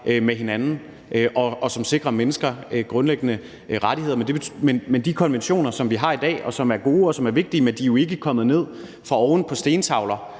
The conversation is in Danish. med hinanden, som sikrer mennesker grundlæggende rettigheder. Men de konventioner, som vi har i dag, og som er gode og vigtige, er jo ikke kommet ned fra oven på stentavler.